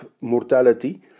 mortality